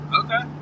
okay